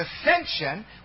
ascension